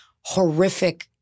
horrific